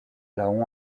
laon